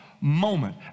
moment